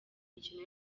mikino